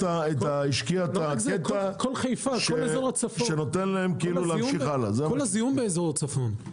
כל הזיהום באזור הצפון.